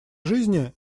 жизни